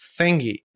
thingy